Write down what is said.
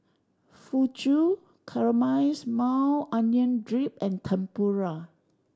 Fugu Caramelized Maui Onion Dip and Tempura